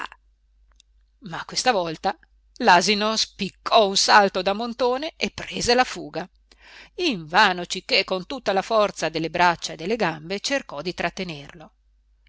ma questa volta l'asino spiccò un salto da montone e prese la fuga invano cichè con tutta la forza delle braccia e delle gambe cercò di trattenerlo